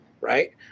right